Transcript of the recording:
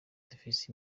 dufise